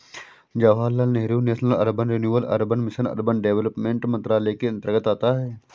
Jawaharlal Nehru National Urban Renewal Mission Urban Development मंत्रालय के अंतर्गत आता है